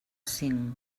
cinc